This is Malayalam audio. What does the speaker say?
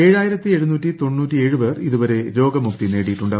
ഏഴായിരത്തി എഴുന്നൂറ്റി തൊണ്ണൂറ്റി ഏഴ് പേർ ഇതുവരെ രോഗമുക്തി നേടിയിട്ടുണ്ട്